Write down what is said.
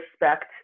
respect